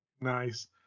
nice